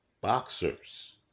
boxers